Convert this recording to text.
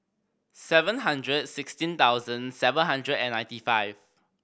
seven hundred sixteen thousand seven hundred and ninety five